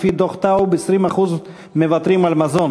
לפי דוח טאוב 20% מהישראלים מוותרים על מזון,